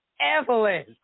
Evelyn